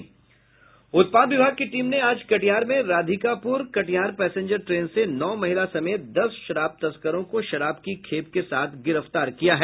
उत्पाद विभाग की टीम ने आज कटिहार में राधिकापुर कटिहार पैसेंजर ट्रेन से नौ महिला समेत दस शराब तस्करों को शराब की खेप के साथ गिरफ्तार किया है